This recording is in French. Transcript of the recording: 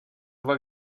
voix